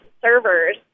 servers